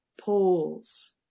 poles